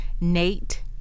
Nate